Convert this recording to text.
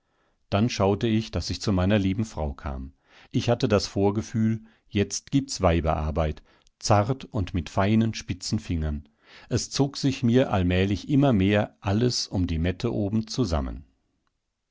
dann schaute ich daß ich zu meiner lieben frau kam ich hatte das vorgefühl jetzt gibt's weiberarbeit zart und mit feinen spitzen fingern es zog sich mir allmählich immer mehr alles um die mette oben zusammen